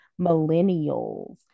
millennials